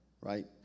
right